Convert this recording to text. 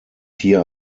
hier